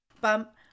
Bump